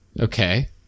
Okay